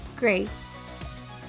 Grace